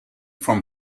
from